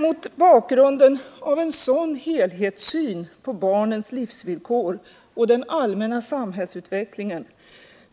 Mot bakgrunden av en sådan helhetssyn på barnens livsvillkor och den allmänna samhällsutvecklingen